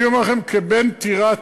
אני אומר לכם כבן טירת-צבי,